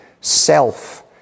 self